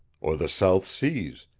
or the south seas,